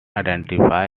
identify